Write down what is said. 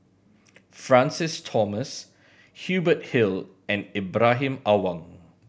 Francis Thomas Hubert Hill and Ibrahim Awang